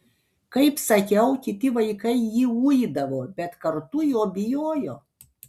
kaip sakiau kiti vaikai jį uidavo bet kartu jo bijojo